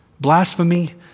Blasphemy